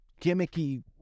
gimmicky